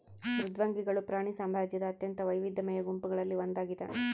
ಮೃದ್ವಂಗಿಗಳು ಪ್ರಾಣಿ ಸಾಮ್ರಾಜ್ಯದ ಅತ್ಯಂತ ವೈವಿಧ್ಯಮಯ ಗುಂಪುಗಳಲ್ಲಿ ಒಂದಾಗಿದ